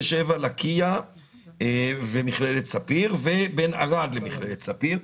שבע-לקיה ומכללת ספיר ובין ערד למכללת ספיר,